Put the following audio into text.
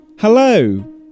Hello